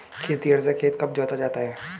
खेतिहर से खेत कब जोता जाता है?